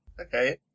Okay